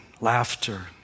laughter